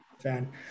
fan